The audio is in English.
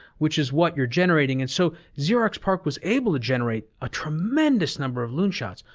which is what you're generating. and so, xerox parc was able to generate a tremendous number of loonshots.